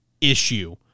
issue